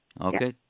Okay